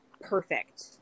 perfect